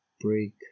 Break